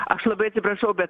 aš labai atsiprašau bet